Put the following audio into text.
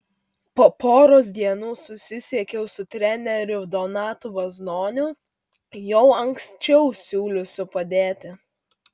po poros dienų susisiekiau su treneriu donatu vaznoniu jau anksčiau siūliusiu padėti